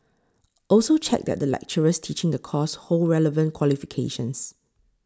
also check that the lecturers teaching the course hold relevant qualifications